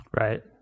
Right